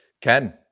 Ken